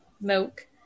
milk